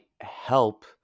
help